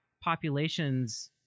populations